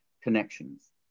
connections